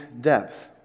depth